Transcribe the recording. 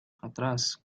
atrás